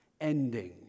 ending